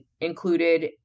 included